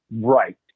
Right